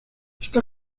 está